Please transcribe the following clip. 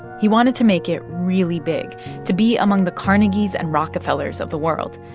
he wanted to make it really big to be among the carnegies and rockefellers of the world.